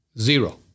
Zero